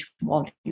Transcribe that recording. Volume